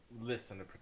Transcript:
listen